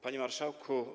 Panie Marszałku!